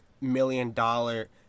million-dollar